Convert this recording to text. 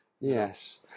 Yes